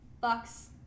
bucks